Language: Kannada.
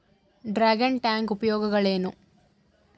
ಡ್ರಾಗನ್ ಟ್ಯಾಂಕ್ ಉಪಯೋಗಗಳೇನು?